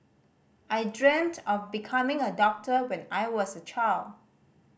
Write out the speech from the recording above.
I dreamt of becoming a doctor when I was a child